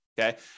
okay